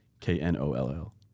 K-N-O-L-L